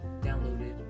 downloaded